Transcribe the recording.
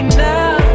now